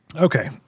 Okay